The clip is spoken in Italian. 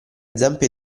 zampe